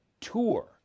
tour